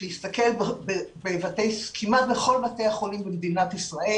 שהסתכל כמעט בכל בתי החולים במדינת ישראל.